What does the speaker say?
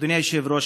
אדוני היושב-ראש,